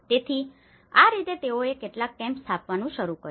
તેથી આ રીતે તેઓએ કેટલાક કેમ્પ સ્થાપવાનું શરૂ કર્યું